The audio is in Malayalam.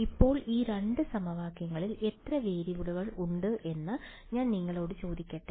ഇപ്പോൾ ഈ 2 സമവാക്യങ്ങളിൽ എത്ര വേരിയബിളുകൾ ഉണ്ടെന്ന് ഞാൻ നിങ്ങളോട് ചോദിക്കട്ടെ